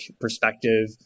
perspective